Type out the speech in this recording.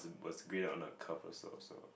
was great of not curve also also